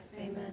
Amen